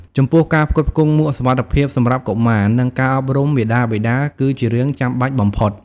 ចំពោះការផ្គត់ផ្គង់មួកសុវត្ថិភាពសម្រាប់កុមារ និងការអប់រំមាតាបិតា គឺជាការចាំបាច់បំផុត។